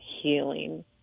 healing